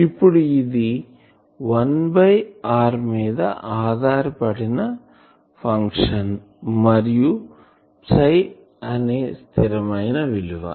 ఇప్పుడు ఇది 1 by r మీద ఆధారపడిన ఫంక్షన్ మరియు ψ అనే స్థిరమైన విలువ